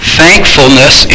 thankfulness